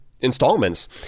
Installments